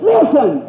Listen